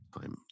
time